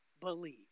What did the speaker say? believe